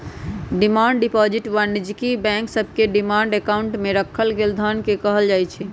demand deposit वाणिज्यिक bank सभके demand account में राखल गेल धन के कहल जाइ छै